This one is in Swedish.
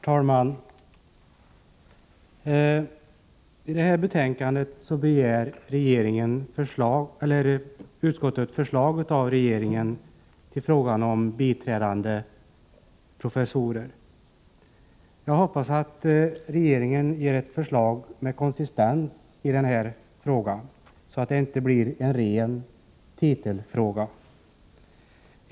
Herr talman! I detta betänkande begär utskottet förslag från regeringen i fråga om biträdande professorer. Jag hoppas att regeringen ger ett förslag med konsistens så att det inte blir en ren titelfråga.